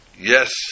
Yes